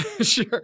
Sure